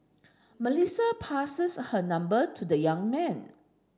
Melissa passes her number to the young man